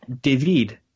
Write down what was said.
David